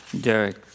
Derek